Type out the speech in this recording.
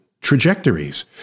trajectories